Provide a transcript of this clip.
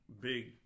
big